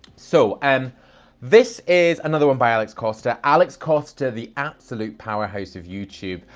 so and this is another one by alex costa. alex costa, the absolute powerhouse of youtube,